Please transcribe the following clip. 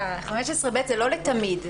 15(ב) זה לא לתמיד.